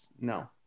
no